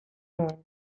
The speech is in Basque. nuen